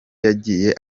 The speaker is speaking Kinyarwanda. yagiye